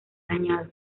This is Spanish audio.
dañado